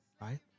right